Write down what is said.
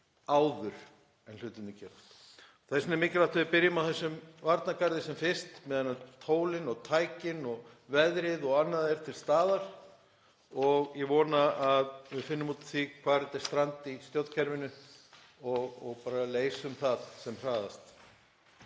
áður en hlutirnir gerast. Þess vegna er mikilvægt að við byrjum á þessum varnargarði sem fyrst meðan tólin og tækin og veðrið og annað er til staðar. Ég vona að við finnum út úr því hvar þetta er strand í stjórnkerfinu og bara leysum það sem hraðast.